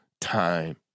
time